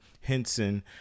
henson